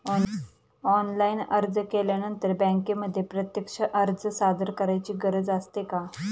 Online अर्ज केल्यानंतर बँकेमध्ये प्रत्यक्ष अर्ज सादर करायची गरज असते का?